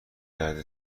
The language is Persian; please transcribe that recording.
درد